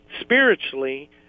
spiritually